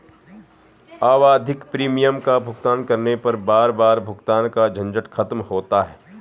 आवधिक प्रीमियम का भुगतान करने पर बार बार भुगतान का झंझट खत्म होता है